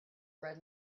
bread